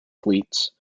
fleets